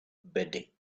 bedding